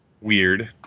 weird